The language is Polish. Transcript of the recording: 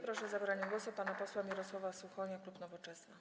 Proszę o zabranie głosu pana posła Mirosława Suchonia, klub Nowoczesna.